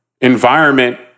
environment